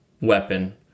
weapon